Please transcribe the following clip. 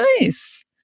nice